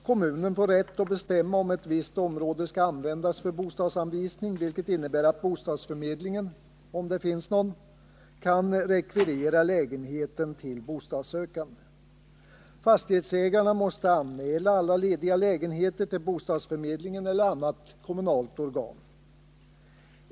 Kommunen får rätt att bestämma om ett visst område skall användas för bostadsanvisning, vilket innebär att bostadsförmedlingen — om det finns någon — kan rekvirera lägenheten till bostadssökande. Fastighetsägarna måste anmäla alla lediga lägenheter till bostadsförmedlingen eller annat kommunalt organ.